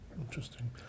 interesting